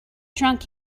drunk